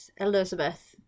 Elizabeth